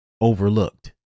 overlooked